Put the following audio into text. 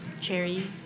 cherry